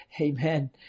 Amen